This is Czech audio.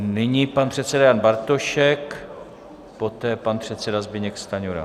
Nyní pan předseda Bartošek, poté pan předseda Zbyněk Stanjura.